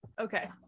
Okay